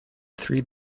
three